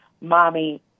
mommy